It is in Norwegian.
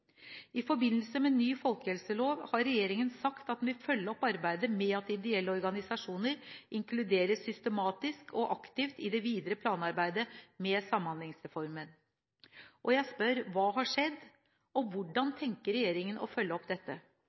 I forbindelse med ny folkehelselov har regjeringen sagt at den vil følge opp arbeidet med at ideelle organisasjoner inkluderes systematisk og aktivt i det videre planarbeidet med Samhandlingsreformen. Jeg spør: Hva har skjedd, og hvordan tenker regjeringen å følge opp dette?